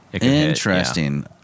Interesting